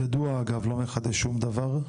זה ידוע אגב, לא מחדש שום דבר.